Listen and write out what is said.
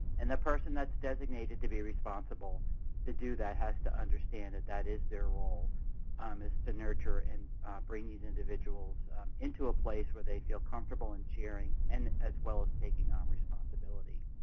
and the person that's designated to be responsible to do that has to understand that that is their role um is to nurture and bring these individuals into a place where they feel comfortable in sharing and as well as taking on responsibility.